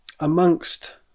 Amongst